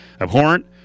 abhorrent